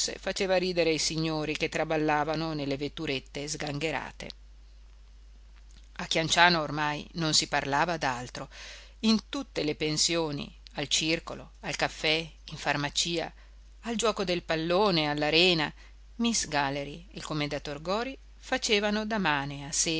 faceva ridere i signori che traballavano nelle vetturette sgangherate a chianciano ormai non si parlava d'altro in tutte le pensioni al circolo al caffè in farmacia al giuoco del pallone all'arena miss galley e il commendator gori facevano da mane